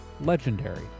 legendary